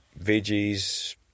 veggies